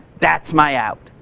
that's my out.